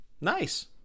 Nice